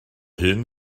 hyn